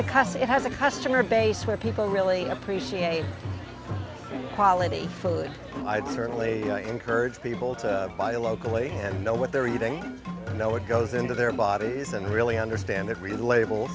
because it has a customer base where people really appreciate quality food and i'd certainly encourage people to buy locally and know what they're eating and know what goes into their bodies and really understand that real